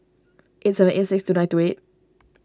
eight seven eight six two nine two eight